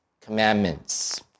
commandments